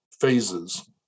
phases